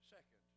Second